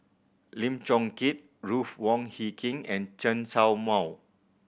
Lim Chong Keat Ruth Wong Hie King and Chen Show Mao